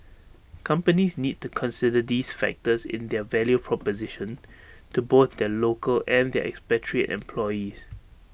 companies need to consider these factors in their value proposition to both their local and their expatriate employees